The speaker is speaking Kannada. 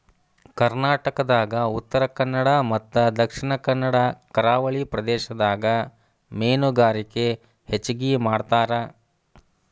ಕರ್ನಾಟಕದಾಗ ಉತ್ತರಕನ್ನಡ ಮತ್ತ ದಕ್ಷಿಣ ಕನ್ನಡ ಕರಾವಳಿ ಪ್ರದೇಶದಾಗ ಮೇನುಗಾರಿಕೆ ಹೆಚಗಿ ಮಾಡ್ತಾರ